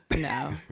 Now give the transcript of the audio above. no